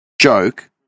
joke